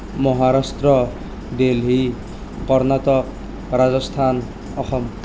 Maharashtra Delhi Karnataka Rajasthan Assam